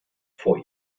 vor